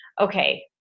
okay